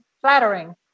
flattering